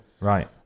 right